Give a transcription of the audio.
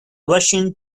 russian